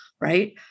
Right